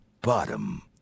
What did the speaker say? Bottom